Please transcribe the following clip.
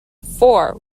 four